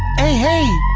a